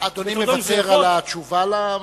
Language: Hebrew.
אדוני מוותר על התשובה למתווכחים?